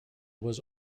was